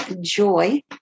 joy